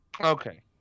Okay